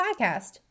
Podcast